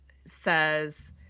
says